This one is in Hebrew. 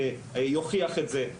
יוכיח את זה,